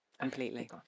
completely